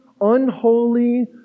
unholy